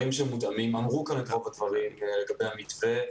אמרו כאן את רוב הדברים לגבי המתווה.